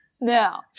Now